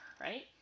right